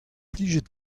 plijet